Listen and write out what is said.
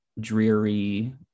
dreary